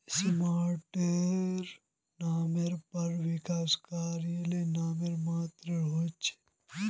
smart सिटीर नामेर पर विकास कार्य नाम मात्रेर हो छेक